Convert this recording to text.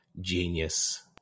genius